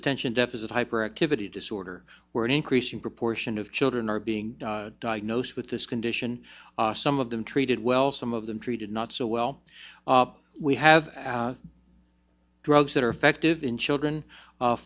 attention deficit hyperactivity disorder where an increasing proportion of children are being diagnosed with this condition some of them treated well some of them treated not so well we have drugs that are effective in children